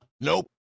Nope